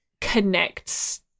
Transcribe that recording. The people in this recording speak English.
connects